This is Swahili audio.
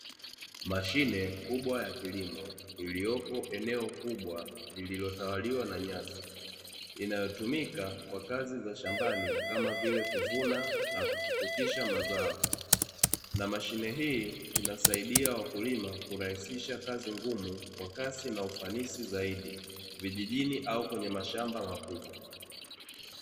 Mashine kubwa ya kilimo iliyopo eneo kubwa lililotawaliwa na nyasi, Inayotumika kwa kazi za shambani kama vile kuvuna na Kupukutisha mazao, mashine hii inasaidia wakulima kurahisisha kazi ngumu kwa kasi na ufanisi zaidi Vijijini au kwenye mashamba makubwa.